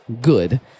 good